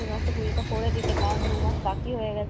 এ মাসে ইয়েটা করে দিতে কারণ দুমাস বাকি হয়ে গেছে